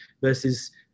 versus